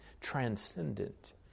transcendent